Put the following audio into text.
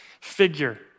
figure